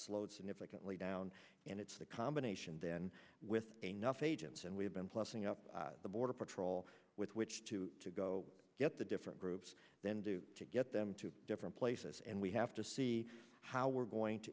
slowed significantly down and it's the combination then with a nuff agents and we've been plussing up the border patrol with which to go get the different groups then do to get them to different places and we have to see how we're going to